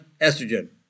estrogen